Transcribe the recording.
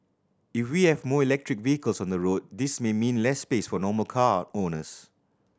if we have more electric vehicles on the road this may mean less space for normal car owners